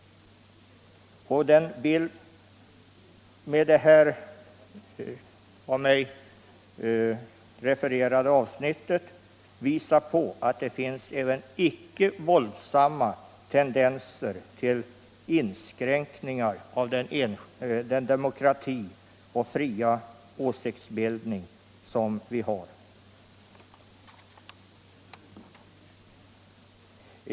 Den vill med det av mig refererade avsnittet visa på att det finns även icke våldsamma tendenser till inskränkningar av den demokrati och fria åsiktsbildning som vi har.